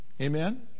Amen